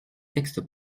textes